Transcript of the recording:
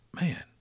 man